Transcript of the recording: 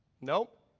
Nope